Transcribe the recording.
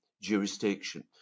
jurisdiction